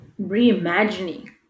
reimagining